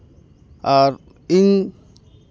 ᱟᱨ ᱤᱧ